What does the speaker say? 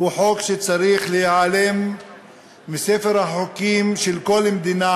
הוא חוק שצריך להיעלם מספר החוקים של כל מדינה